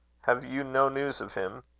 have you no news of him?